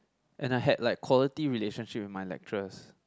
and I had like quality relationship with my lecturers